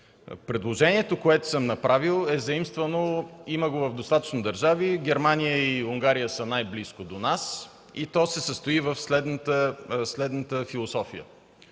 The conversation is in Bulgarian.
Предложението, което съм направил, е заимствано и го има в достатъчно държави. Германия и Унгария са най-близко до нас. То се състои в следната философия.